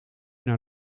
naar